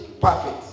perfect